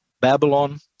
Babylon